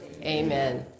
Amen